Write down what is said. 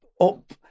up